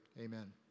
Amen